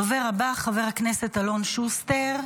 הדובר הבא, חבר הכנסת אלון שוסטר.